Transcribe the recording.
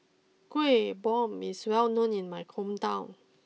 Kueh Bom is well known in my hometown